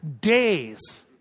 days